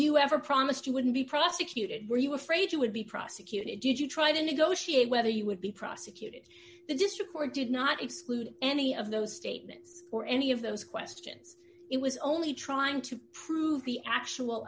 you ever promised you wouldn't be prosecuted were you afraid you would be prosecuted did you try to negotiate whether you would be prosecuted the district court did not exclude any of those statements or any of those questions it was only trying to prove the actual